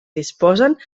disposen